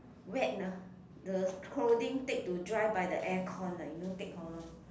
wet ah the clothing take to dry by the aircon ah you know take how long